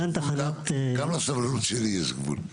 גם לסבלנות שלי יש גבול.